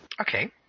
Okay